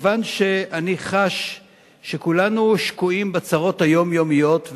כיוון שאני חש שכולנו שקועים בצרות היומיומיות,